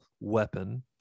weapon